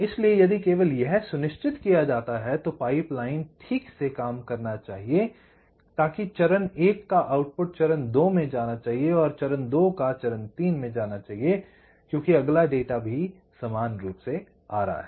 इसलिए यदि केवल यह सुनिश्चित किया जाता है तो पाइपलाइनिंग ठीक से काम करना चाहिए कि चरण 1 का आउटपुट चरण 2 में जाना चाहिए चरण 2 का चरण 3 में जाना चाहिए क्योंकि अगला डेटा भी समान रूप से आ रहा है